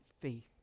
faith